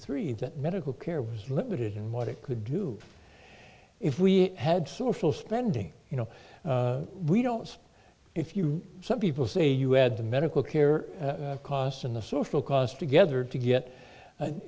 that medical care was limited in what it could do if we had social spending you know we don't if you some people say you add the medical care costs in the social cost together to get